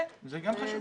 כן, זה גם חשוב.